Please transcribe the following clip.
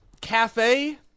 Cafe